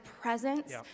presence